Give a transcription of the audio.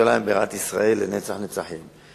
ירושלים בירת ישראל לנצח נצחים,